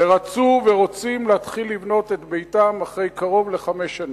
ורצו ורוצים להתחיל לבנות את ביתם אחרי קרוב לחמש שנים.